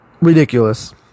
Ridiculous